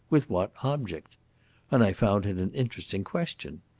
with what object and i found it an interesting question.